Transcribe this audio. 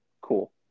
cool